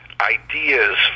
ideas